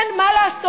כן, מה לעשות?